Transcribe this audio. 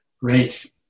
Great